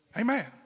Amen